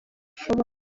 ushoboye